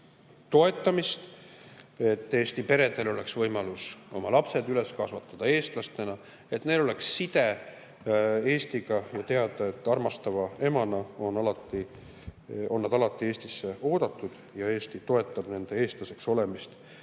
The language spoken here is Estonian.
toetamist, et Eesti peredel oleks võimalus oma lapsed üles kasvatada eestlastena, et neil oleks side Eestiga ja teadmine, et nad on alati Eestisse oodatud ja Eesti toetab armastava emana nende eestlaseks olemist